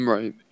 Right